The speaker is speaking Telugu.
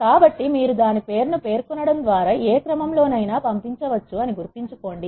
కాబట్టి మీరు దాని పేరును పేర్కొనడం ద్వారా ఏ క్రమం లో నైనా పంపించవచ్చు అని గుర్తుంచుకోండి